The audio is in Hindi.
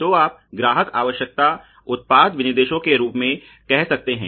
तो आप ग्राहक आवश्यकता उत्पाद विनिर्देशों के रूप में कह सकते हैं